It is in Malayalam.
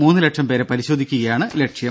മൂന്നുലക്ഷം പേരെ പരിശോധിക്കുകയാണ് ലക്ഷ്യം